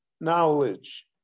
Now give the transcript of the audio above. knowledge